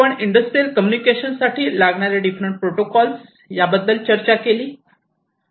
आपण industrial communication साठी लागणारे डिफरंट प्रोटोकॉल याबद्दल चर्चा केली